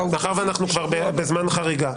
מאחר ואנחנו כבר בזמן חריגה,